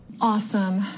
Awesome